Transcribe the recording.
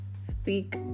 speak